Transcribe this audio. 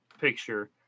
picture